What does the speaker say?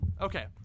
Okay